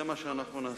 זה מה שאנחנו נעשה.